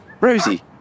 Rosie